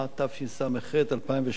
התשס"ח 2008,